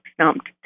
stumped